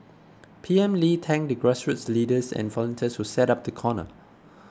P M Lee thanked the grassroots leaders and volunteers who set up the corner